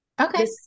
Okay